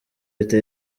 leta